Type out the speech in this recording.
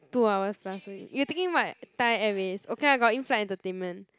two hours plus so you taking what Thai Airways okay lah got in flight entertainment